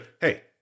Hey